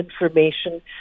information